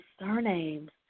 surnames